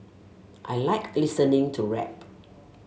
I like listening to rap